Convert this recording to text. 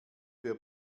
wer